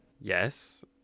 Yes